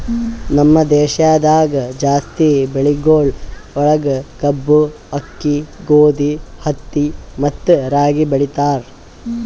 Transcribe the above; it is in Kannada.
ನಮ್ ದೇಶದಾಗ್ ಜಾಸ್ತಿ ಬೆಳಿಗೊಳ್ ಒಳಗ್ ಕಬ್ಬು, ಆಕ್ಕಿ, ಗೋದಿ, ಹತ್ತಿ ಮತ್ತ ರಾಗಿ ಬೆಳಿತಾರ್